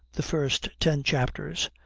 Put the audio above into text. the first ten chapters,